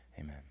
Amen